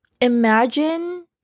imagine